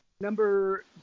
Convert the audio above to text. number